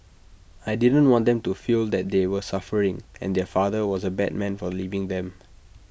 I didn't want them to feel that they were suffering and their father was A bad man for leaving them